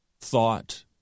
thought